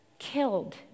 killed